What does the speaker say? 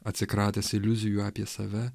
atsikratęs iliuzijų apie save